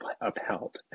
upheld